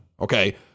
Okay